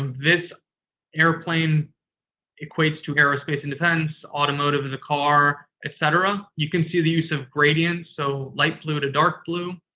um this airplane equates to aerospace and defense, automotive is a car, et cetera. you can see the use of gradients. so, light blue to dark blue